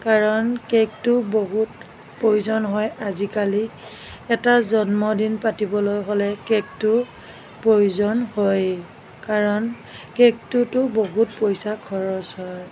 কাৰণ কেকটো বহুত প্ৰয়োজন হয় আজিকালি এটা জন্মদিন পাতিবলৈ হ'লে কেকটো প্ৰয়োজন হয়েই কাৰণ কেকটোতো বহুত পইচা খৰচ হয়